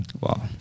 wow